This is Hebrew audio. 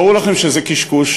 ברור לכם שזה קשקוש,